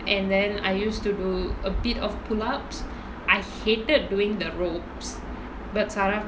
and then I used to do a bit of pull ups I hated doing the ropes but zarah